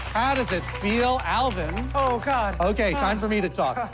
how does it feel, alvin? oh, god! okay, time for me to talk.